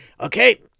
Okay